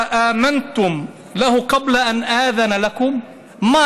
(אומר דברים בערבית ומתרגמם:) מה,